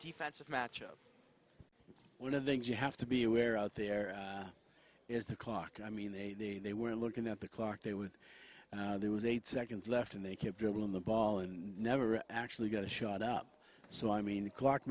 defensive matchup one of the things you have to be aware out there is the clock i mean they they were looking at the clock they were there was eight seconds left and they could drill in the ball and never actually got a shot up so i mean the clock